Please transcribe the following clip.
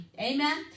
Amen